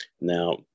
Now